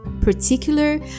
particular